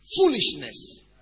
foolishness